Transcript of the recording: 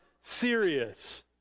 serious